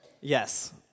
Yes